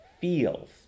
feels